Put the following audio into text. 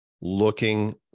looking